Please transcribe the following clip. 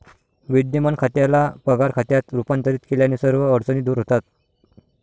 विद्यमान खात्याला पगार खात्यात रूपांतरित केल्याने सर्व अडचणी दूर होतात